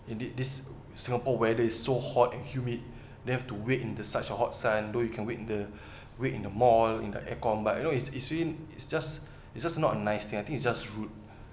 indeed this singapore weather is so hot and humid then have to wait in the such a hot sun though you can wait in the wait in the mall in the air con but you know it's really it's just it's just not a nice thing I think is just rude